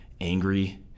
angry